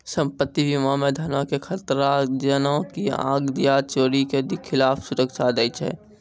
सम्पति बीमा मे धनो के खतरा जेना की आग या चोरी के खिलाफ सुरक्षा दै छै